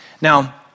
Now